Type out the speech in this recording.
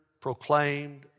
proclaimed